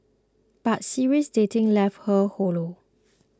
but serial dating left her hollow